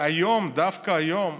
והיום, דווקא היום,